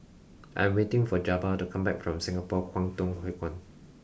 I am waiting for Jabbar to come back from Singapore Kwangtung Hui Kuan